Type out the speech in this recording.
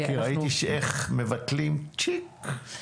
כי ראיתי איך מבטלים, בצ'יק.